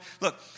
Look